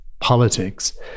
politics